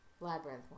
labyrinth